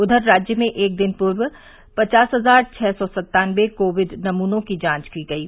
उधर राज्य में एक दिन पूर्व पचास हजार छः सौ सत्तानबे कोविड नमूनों की जांच की गयी